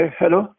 hello